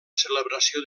celebració